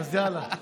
אז יאללה.